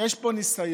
יש פה ניסיון